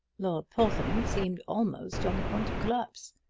lord porthoning seemed almost on the point of collapse.